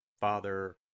Father